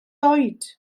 oed